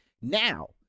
Now